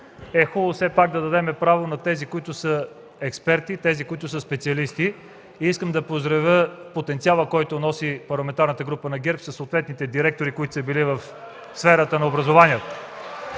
хубаво е все пак да дадем право на експертите, на специалистите. Искам да поздравя потенциала, който носи Парламентарната група на ГЕРБ, със съответните директори, които са били в сферата на образованието.